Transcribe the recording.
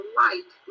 light